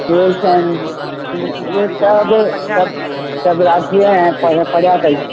rules आहिनि उन उहे सभु सभु सभु राज़ी आही ऐं पढ़ पढ़िया अथई